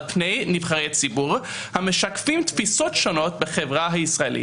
פני נבחרי ציבור המשקפים תפיסות שונות בחברה הישראלית.